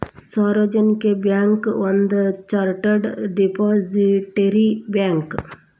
ಸಾರ್ವಜನಿಕ ಬ್ಯಾಂಕ್ ಒಂದ chartered depository bank